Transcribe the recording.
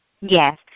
Yes